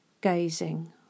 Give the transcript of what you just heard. gazing